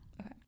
Okay